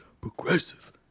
progressive